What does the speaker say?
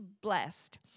blessed